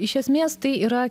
iš esmės tai yra